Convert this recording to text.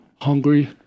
hungry